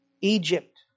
Egypt